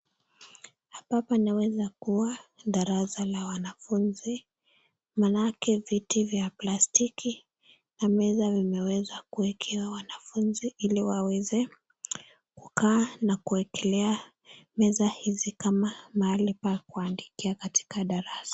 Hapa panaweza kuwa darasa la wanafunzi manake viti vya plastiki na meza vimeweza kuekewa wanafunzi ili waweze kukaa na kuekelea meza hizi kama mahali pa kuandikia katika darasa.